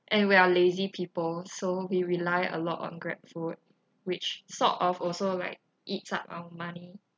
and we are lazy people so we rely a lot on grabfood which sort of also like eats up our money